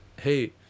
hey